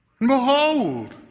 behold